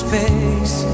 Space